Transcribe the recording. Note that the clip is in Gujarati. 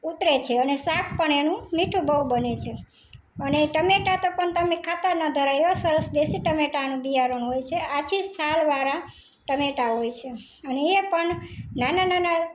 ઉતરે છે અને શાક પણ એનું મીઠું બહું બને છે પણ એ ટામેટાં તો પણ તમે ખાતાં ન ધરાઓ એવાં સરસ દેશી ટામેટાનું બિયારણ હોય સે આછી છાલવાળા ટામેટાં હોય છે અને એ પણ નાનાં નાનાં